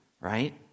right